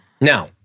Now